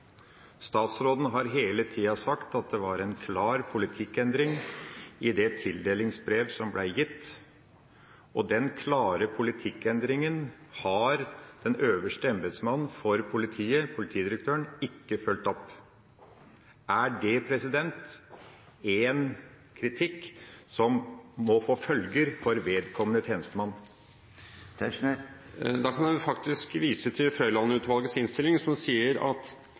i det tildelingsbrevet som ble gitt, og den klare politikkendringa har den øverste embetsmannen for politiet, politidirektøren, ikke fulgt opp. Er det en kritikk som må få følger for vedkommende tjenestemann? Da kan jeg faktisk vise til Frøiland-utvalgets innstilling, som sier at